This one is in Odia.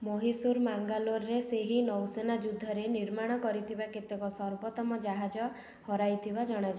ମହୀଶୂର ମାଙ୍ଗାଲୋରରେ ସେହି ନୌସେନା ଯୁଦ୍ଧରେ ନିର୍ମାଣ କରିଥିବା କେତେକ ସର୍ବୋତ୍ତମ ଜାହାଜ ହରାଇଥିବା ଜଣାଯାଏ